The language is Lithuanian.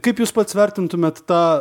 kaip jūs pats vertintumėt tą